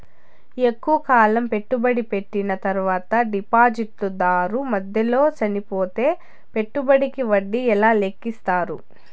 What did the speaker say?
ఎక్కువగా కాలం పెట్టుబడి పెట్టిన తర్వాత డిపాజిట్లు దారు మధ్యలో చనిపోతే పెట్టుబడికి వడ్డీ ఎలా లెక్కిస్తారు?